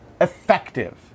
effective